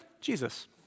Jesus